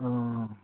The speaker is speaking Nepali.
अँ